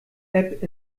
app